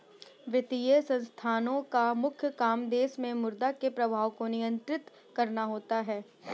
वित्तीय संस्थानोँ का मुख्य काम देश मे मुद्रा के प्रवाह को नियंत्रित करना होता है